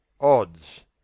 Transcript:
Odds